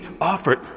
offered